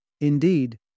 Indeed